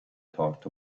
talked